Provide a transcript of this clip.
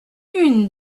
une